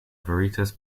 veritas